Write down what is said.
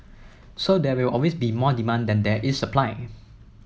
so there will always be more demand than there is supply